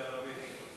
בערבית.